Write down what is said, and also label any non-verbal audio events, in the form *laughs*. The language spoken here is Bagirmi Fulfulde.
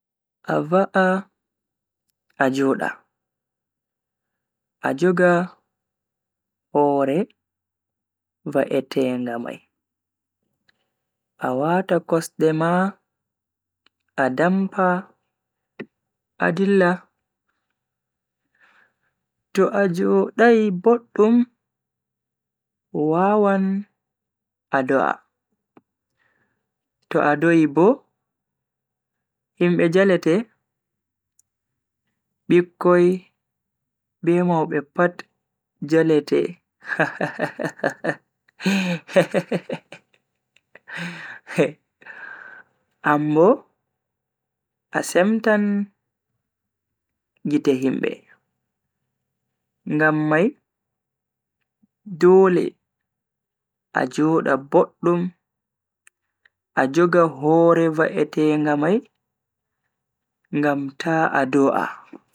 A va'a a joda, a joga hore va'etenga mai, a wata kosde ma a dampa a dilla. To a jodai boddum wawan a do'a. to a do'I bo himbe jalete. Bikkoi be maube pat jalete *laughs* anbo a semtan gite himbe. Ngam mai dole a joda boddum a joga hoore va'etenga mai ngam ta a do'a.